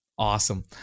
Awesome